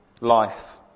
life